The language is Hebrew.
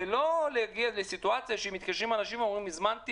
ולא להגיע לסיטואציה שמתקשרים אנשים ואומרים: הזמנתי